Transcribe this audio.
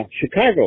Chicago